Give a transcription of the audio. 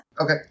Okay